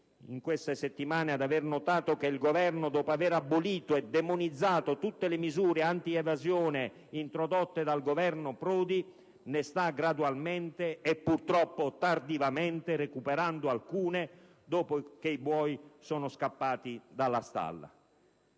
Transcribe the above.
in queste settimane ad aver notato che il Governo, dopo aver abolito e demonizzato tutte le misure antievasione introdotte dal Governo Prodi, ne sta, gradualmente e purtroppo tardivamente, recuperando alcune, dopo che i buoi sono scappati dalla stalla.